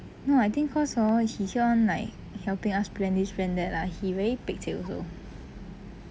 no I think cause hor he keep on like helping us plan this plan that lah he very pek-chek also